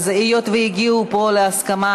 אז היות שהגיעו פה להסכמה,